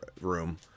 room